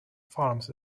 farms